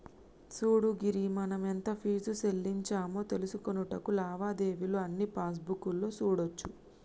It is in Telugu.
సూడు గిరి మనం ఎంత ఫీజు సెల్లించామో తెలుసుకొనుటకు లావాదేవీలు అన్నీ పాస్బుక్ లో సూడోచ్చు